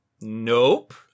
nope